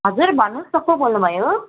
हजुर भन्नुहोस् न को बोल्नु भयो